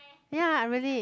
ya I really